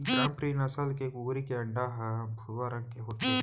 ग्रामप्रिया नसल के कुकरी के अंडा ह भुरवा रंग के होथे